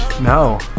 No